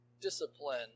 discipline